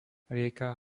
rieka